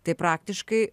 tai praktiškai